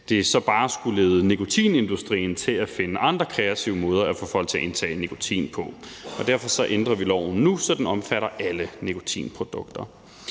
at det så bare skulle lede nikotinindustrien til at finde andre kreative måder at få folk til at indtage nikotin på, og derfor ændrer vi loven nu, så den omfatter alle nikotinprodukter.